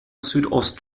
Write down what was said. südost